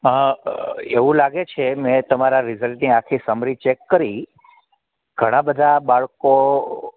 હાં એવું લાગે છે મેં તમારા રિઝલ્ટની આખી સમરી ચેક કરી ઘણા બધા બાળકો